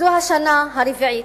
זו השנה הרביעית,